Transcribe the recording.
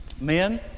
Men